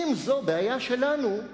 אם זו בעיה שלנו,